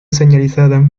señalizada